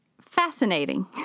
fascinating